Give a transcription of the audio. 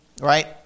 right